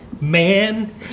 man